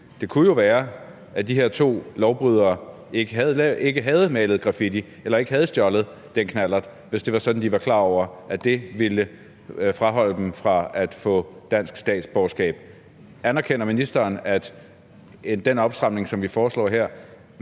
det kunne jo være, at de her to lovbrydere ikke havde malet graffiti eller stjålet en knallert, hvis det var sådan, at de var klar over, at det ville afholde dem fra at få dansk statsborgerskab. Anerkender ministeren, at den opstramning, som vi foreslår her,